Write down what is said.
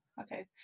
Okay